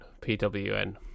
P-W-N